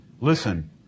listen